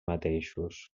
mateixos